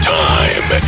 time